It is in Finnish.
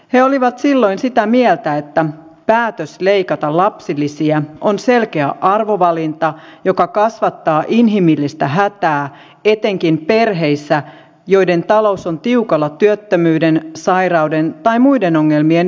he olivat silloin sitä mieltä että päätös leikata lapsilisiä on selkeä arvovalinta joka kasvattaa inhimillistä hätää etenkin perheissä joiden talous on tiukalla työttömyyden sairauden tai muiden ongelmien vuoksi